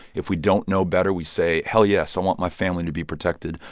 if we don't know better we say, hell, yes, i want my family to be protected.